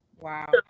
Wow